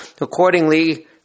Accordingly